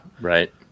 Right